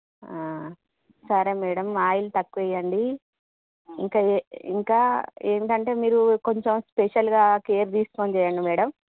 సరే madam oil తక్కువ వేయండి ఇక ఏ ఇంకా ఏంటంటే మీరు కొంచెం స్పెషల్గా కేర్ తీసుకొని చేయండి మేడం